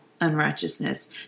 unrighteousness